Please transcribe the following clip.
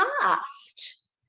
past